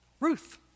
Ruth